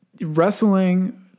wrestling